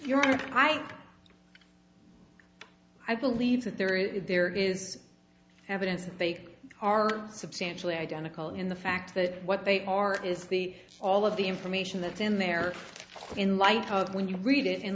right i believe that there is there is evidence that they are substantially identical in the fact that what they are is the all of the information that's in there in light of when you read it in